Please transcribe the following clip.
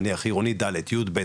יב',